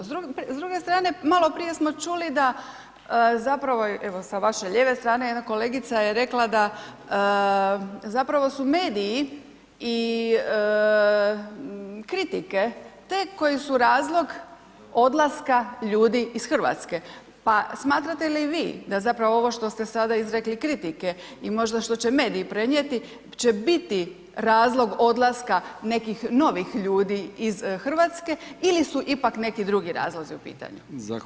S druge strane, maloprije smo čuli da zapravo evo s vaše lijeve strane jedna kolegica je rekla da zapravo su mediji i kritike te koje su razloga odlaska ljudi iz Hrvatske pa smatrate li vi da zapravo ovo što ste sada izrekli, kritike i možda što će mediji prenijeti će biti razlog odlaska nekih novih ljudi iz Hrvatske ili su ipak neki drugih razlozi u pitanju?